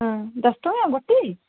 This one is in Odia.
ହଁ ଦଶ ଟଙ୍କା ଗୋଟି